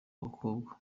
bakobwa